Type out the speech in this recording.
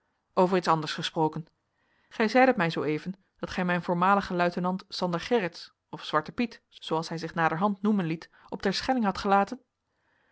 over iets anders gesproken gij zeidet mij zooeven dat gij mijn voormaligen luitenant sander gerritsz of zwarten piet zooals hij zich naderhand noemen liet op terschelling hadt gelaten